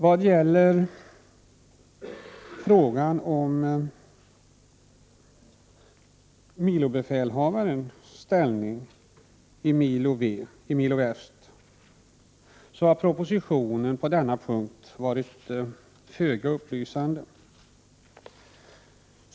Vad gäller frågan om milobefälhavarens ställning i Milo Väst har propositionen varit föga upplysande.